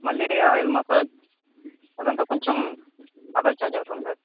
మళ్ళీ oil massage అదంతా కొంచం అదర్ ఛార్జ్ అవుతుంది సార్